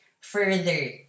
further